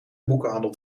boekenhandel